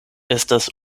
estas